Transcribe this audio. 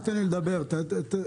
תן לי לדבר אחר כך.